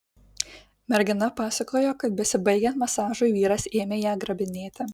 mergina pasakojo kad besibaigiant masažui vyras ėmė ją grabinėti